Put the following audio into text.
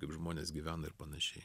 kaip žmonės gyvena ir panašiai